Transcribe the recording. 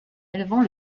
élevant